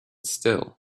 still